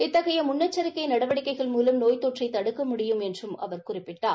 இத்தகைய முன்னெச்சிக்கை நடவடிக்கைகள் மூலம் நோய் தொற்றை தடுக்க முடியும் என்றும் அவர் குறிப்பிட்டார்